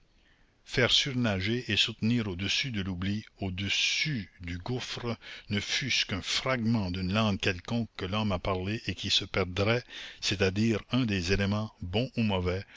faire surnager et soutenir au-dessus de l'oubli au-dessus du gouffre ne fût-ce qu'un fragment d'une langue quelconque que l'homme a parlée et qui se perdrait c'est-à-dire un des éléments bons ou mauvais